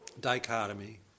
dichotomy